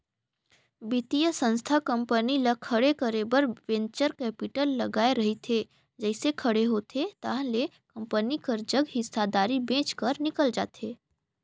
बित्तीय संस्था कंपनी ल खड़े करे बर वेंचर कैपिटल लगाए रहिथे जइसे खड़े होथे ताहले कंपनी कर जग हिस्सादारी बेंच कर निकल जाथे